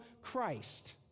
Christ